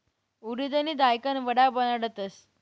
उडिदनी दायकन वडा बनाडतस